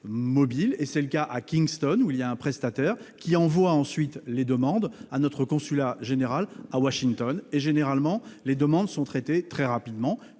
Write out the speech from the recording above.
mobiles. C'est le cas à Kingston, où un prestataire envoie les demandes à notre consulat général à Washington. Généralement, les demandes sont traitées très rapidement.